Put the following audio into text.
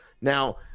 Now